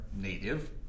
Native